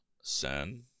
Sen